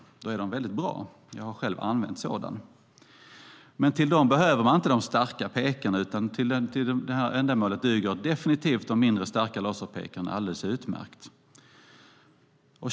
Då är de väldigt bra - jag har själv använt sådana. Men till detta behöver man inte de starka pekarna, utan för det ändamålet duger definitivt de mindre starka laserpekarna alldeles utmärkt.